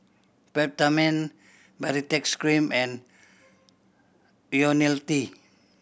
Peptamen Baritex Cream and Ionil T